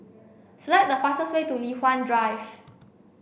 select the fastest way to Li Hwan Drive